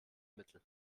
mittel